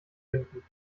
finden